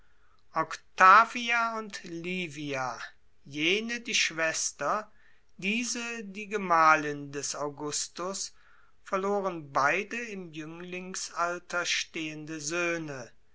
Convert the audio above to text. octavia und livia jene die schwester diese die gemahlin des augustus verloren beide im jünglingsalter stehende söhne